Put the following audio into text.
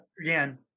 again